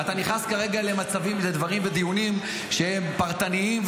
ואתה נכנס כרגע לדברים ולדיונים שהם פרטניים,